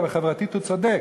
אבל חברתית הוא צודק.